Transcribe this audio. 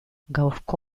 gaurko